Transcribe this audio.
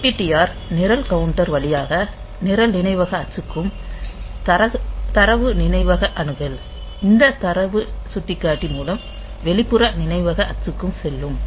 DPTR நிரல் counter வழியாக நிரல் நினைவக அச்சுக்கும் தரவு நினைவக அணுகல் இந்த தரவு சுட்டிக்காட்டி மூலம் வெளிப்புற நினைவக அச்சுக்கும் செல்லும்